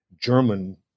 German